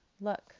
Look